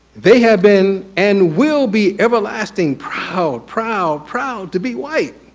they have been, and will be, everlasting proud, proud, proud, to be white.